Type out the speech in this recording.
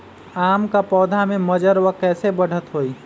आम क पौधा म मजर म कैसे बढ़त होई?